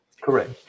Correct